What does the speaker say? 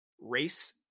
Race